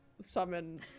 summon